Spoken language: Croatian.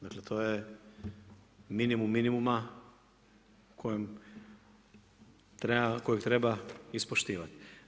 Dakle, to je minimum minimuma kojeg treba ispoštivati.